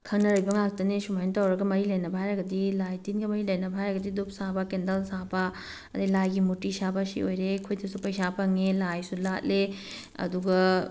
ꯈꯪꯅꯔꯤꯕ ꯉꯥꯛꯇꯅꯤ ꯁꯨꯃꯥꯏꯅ ꯇꯧꯔꯒ ꯃꯔꯤ ꯂꯩꯅꯕ ꯍꯥꯏꯔꯒꯗꯤ ꯂꯥꯏ ꯇꯤꯟꯒ ꯃꯔꯤ ꯂꯩꯅꯕ ꯍꯥꯏꯔꯒꯗꯤ ꯗꯨꯞ ꯁꯥꯕ ꯀꯦꯟꯗꯜ ꯁꯥꯕ ꯑꯗꯩ ꯂꯥꯏꯒꯤ ꯃꯨꯔꯇꯤ ꯁꯥꯕ ꯑꯁꯤ ꯑꯣꯏꯔꯦ ꯑꯩꯈꯣꯏꯗꯁꯨ ꯄꯩꯁꯥ ꯐꯪꯉꯦ ꯂꯥꯏꯁꯨ ꯂꯥꯠꯂꯦ ꯑꯗꯨꯒ